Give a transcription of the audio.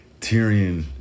Tyrion